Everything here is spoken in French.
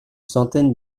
centaine